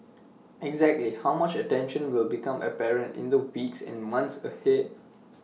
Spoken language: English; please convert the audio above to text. exactly how much attention will become apparent in the weeks and months ahead